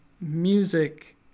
music